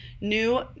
new